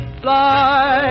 fly